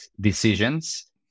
decisions